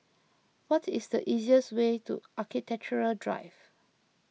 what is the easiest way to Architecture Drive